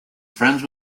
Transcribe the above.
friends